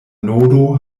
nodo